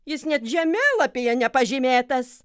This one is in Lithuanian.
jis net žemėlapyje nepažymėtas